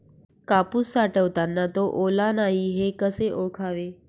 कापूस साठवताना तो ओला नाही हे कसे ओळखावे?